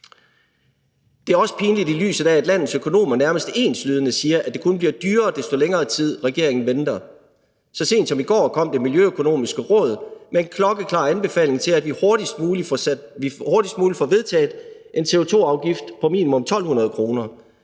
Det er også pinligt, i lyset af at landets økonomer nærmest enslydende siger, at det kun bliver dyrere, jo længere tid regeringen venter. Så sent som i går kom Det Miljøøkonomiske Råd med en klokkeklar anbefaling til, at vi hurtigst muligt får vedtaget en CO2-afgift på minimum 1.200 kr.